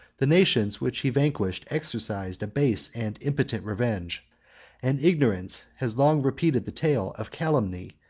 the nations which he vanquished exercised a base and impotent revenge and ignorance has long repeated the tale of calumny,